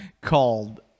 called